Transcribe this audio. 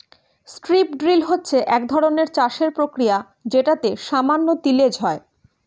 strip drill হচ্ছে একধরনের চাষের প্রক্রিয়া যেটাতে সামান্য তিলেজ হয়